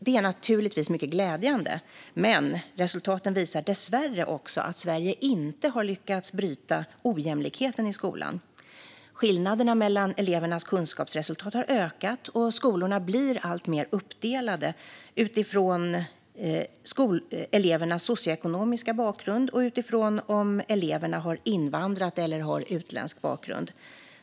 Det är naturligtvis mycket glädjande, men resultaten visar dessvärre också att Sverige inte har lyckats bryta ojämlikheten i skolan. Skillnaderna mellan elevernas kunskapsresultat har ökat, och skolor blir alltmer uppdelade utifrån elevernas socioekonomiska bakgrund och utifrån om eleverna har invandrat eller har utländsk bakgrund.